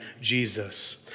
Jesus